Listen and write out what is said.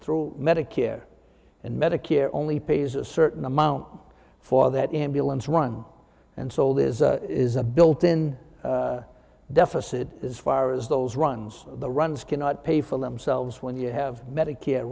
through medicare and medicare only pays a certain amount for that ambulance run and sold is is a built in deficit as far as those runs the runs cannot pay for themselves when you have medicare